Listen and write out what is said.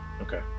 Okay